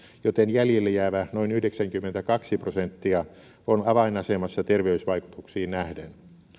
joten jäljelle jäävä noin yhdeksänkymmentäkaksi prosenttia on avainasemassa terveysvaikutuksiin nähden